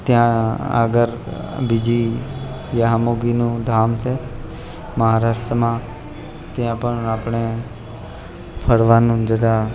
ત્યાં આગળ બીજી યામોગીનું ધામ છે મહારાષ્ટ્રમાં ત્યાં પણ આપણે ફરવાનું જરા